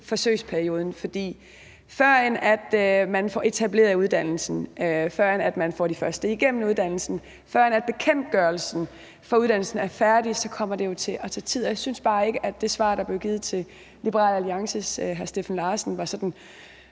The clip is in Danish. forsøgsperioden, for før man får etableret uddannelsen, før man får de første igennem uddannelsen, før bekendtgørelsen for uddannelsen er færdig, kommer der jo til at gå tid, og jeg synes bare ikke, at det svar, der blev givet til Liberal Alliances hr. Steffen Larsen var sådan